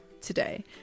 today